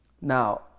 Now